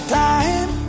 time